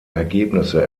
ergebnisse